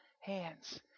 hands